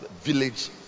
village